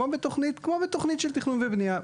כמו בתכנית, כמו בתכנית של תכנון ובנייה.